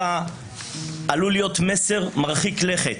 מהכפר שלו בצפון מעלים תמונה שלו לרשת ואומרים "אל תחזור לכפר יותר".